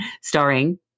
starring